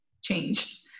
change